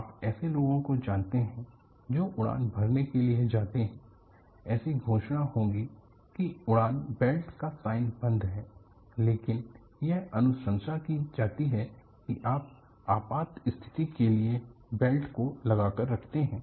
आप ऐसे लोगों को जानते हैं जो उड़ान भरने के लिए जाते हैं ऐसी घोषणा होंगी कि उड़ान बेल्ट का साइन बंद है लेकिन यह अनुशंसा की जाती है कि आप आपात स्थिति के लिए बेल्ट को लगा कर रखते है